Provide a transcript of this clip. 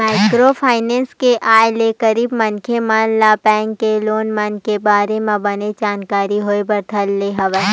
micro finance के आय ले गरीब मनखे मन ल बेंक के लोन मन के बारे म बने जानकारी होय बर धर ले हवय